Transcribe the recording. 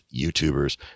YouTubers